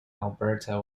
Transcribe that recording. alberta